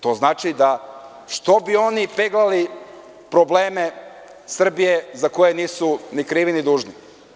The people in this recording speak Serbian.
To znači da - što bi oni peglali probleme Srbije za koje nisu ni krivi, ni dužni?